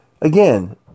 Again